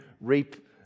REAP